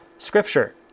Scripture